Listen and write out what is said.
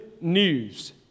news